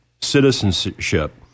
citizenship